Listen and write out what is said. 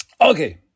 Okay